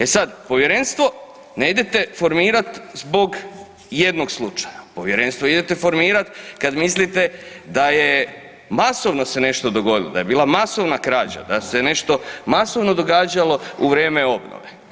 E sad povjerenstvo ne idete formirat zbog jednog slučaja, povjerenstvo idete formirat kad mislite da je masovno se nešto dogodilo, da je bila masovna krađa, da se nešto masovno događalo u vrijeme obnove.